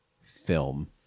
film